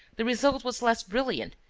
the result was less brilliant,